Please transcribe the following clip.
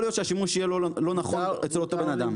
להיות שהשימוש יהיה לא נכון אצל אותו בן אדם.